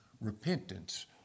Repentance